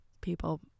people